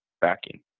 backing